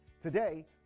Today